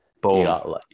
boom